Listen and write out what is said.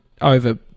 over